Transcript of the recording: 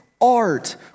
art